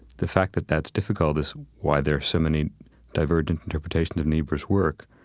the fact that that's difficult is why there are so many divergent interpretations of niebuhr's work.